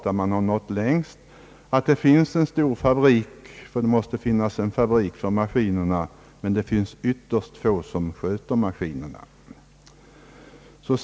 Där man har nått längst på detta område är det följaktligen en ytterst liten personalstyrka, som sköter maskinerna i fabrikerna.